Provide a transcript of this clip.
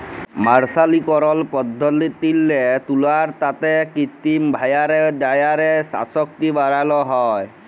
মের্সারিকরল পদ্ধতিল্লে তুলার তাঁতে কিত্তিম ভাঁয়রে ডাইয়ের আসক্তি বাড়ালো হ্যয়